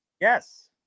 Yes